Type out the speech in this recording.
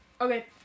Okay